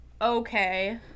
okay